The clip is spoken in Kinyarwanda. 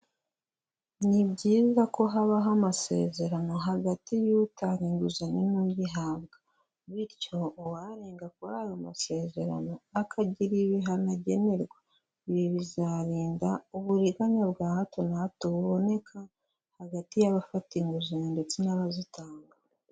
Ni byiza ko habaho amasezerano hagati y'utanga inguzanyo n'uyihabwa bityo uwarenga kuri ayo masezerano akagira ibihano agenerwa, ibi bizarinda uburiganya bwa hato na hato buboneka hagati y'abafite inguzanyo ndetse n'abazitanga.